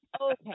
okay